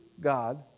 God